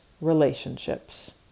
relationships